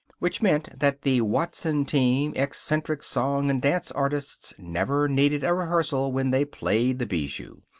which meant that the watson team, eccentric song and dance artists, never needed a rehearsal when they played the bijou.